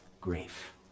grief